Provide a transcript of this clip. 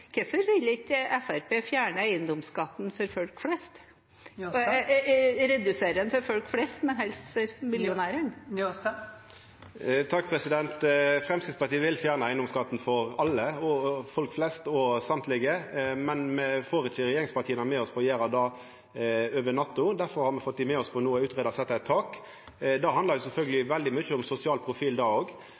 for folk flest, men helst for millionærene? Framstegspartiet vil fjerna eigedomsskatten for alle, folk flest og alle saman, men me får ikkje regjeringspartia med oss på å gjera det over natta. Derfor har me fått dei med på no å greia ut å setja eit tak. Det handlar sjølvsagt veldig mykje om sosial profil det